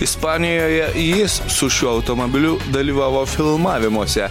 ispanijoje jis su šiuo automobiliu dalyvavo filmavimuose